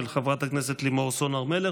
של חברת הכנסת לימור סון הר מלך,